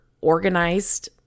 organized